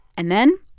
and then.